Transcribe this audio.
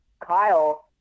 Kyle